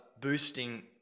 boosting